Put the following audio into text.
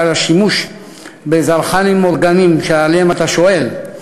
השימוש בזרחנים אורגניים שעליהם אתה שואל,